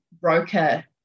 broker